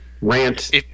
Rant